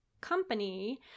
company